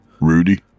Rudy